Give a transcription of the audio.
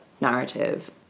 narrative